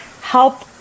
help